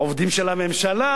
עובדים של הממשלה.